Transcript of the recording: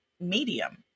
medium